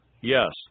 Yes